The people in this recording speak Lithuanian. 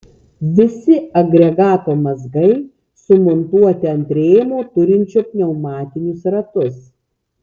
visi agregato mazgai sumontuoti ant rėmo turinčio pneumatinius ratus